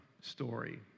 story